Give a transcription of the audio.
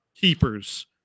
keepers